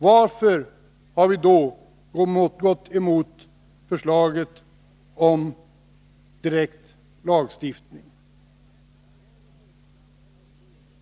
Varför har vi då gått emot förslaget om direkt lagstiftning?